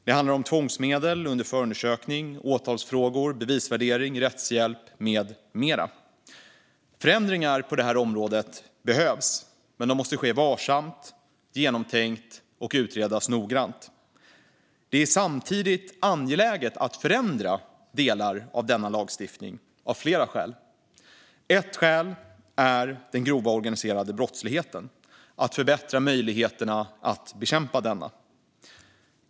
Det handlar om tvångsmedel under förundersökning, åtalsfrågor, bevisvärdering, rättshjälp med mera. Förändringar på detta område behövs. Men det måste ske varsamt och genomtänkt och utredas noggrant. Det är samtidigt angeläget att förändra delar av denna lagstiftning, av flera skäl. Ett skäl är den grova organiserade brottsligheten och att förbättra möjligheterna att bekämpa den.